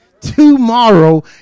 tomorrow